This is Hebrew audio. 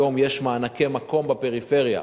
היום יש מענקי מקום בפריפריה.